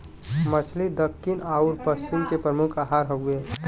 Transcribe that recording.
मछली दक्खिन आउर पश्चिम के प्रमुख आहार हउवे